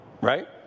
right